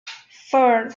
four